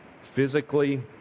physically